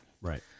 Right